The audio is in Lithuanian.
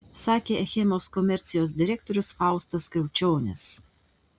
sakė achemos komercijos direktorius faustas kriaučionis